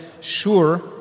sure